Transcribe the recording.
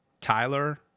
Tyler